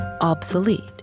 obsolete